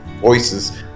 voices